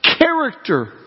character